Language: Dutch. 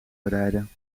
bereiden